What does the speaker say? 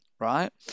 right